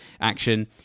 action